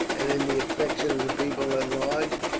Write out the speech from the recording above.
and in the affection of the people at large,